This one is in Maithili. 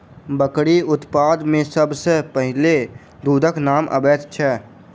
बकरी उत्पाद मे सभ सॅ पहिले दूधक नाम अबैत छै